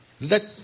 Let